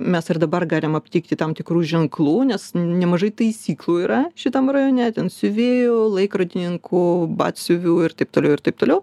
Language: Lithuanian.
mes ir dabar galime aptikti tam tikrų ženklų nes nemažai taisyklų yra šitam rajone ten siuvėjų laikrodininkų batsiuvių ir taip toliau ir taip toliau